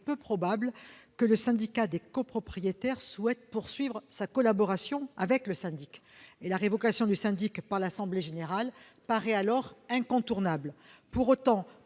peu probable que le syndicat des copropriétaires souhaite poursuivre sa collaboration avec lui. Sa révocation par l'assemblée générale paraît alors incontournable. Pour autant,